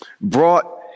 brought